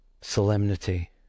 Solemnity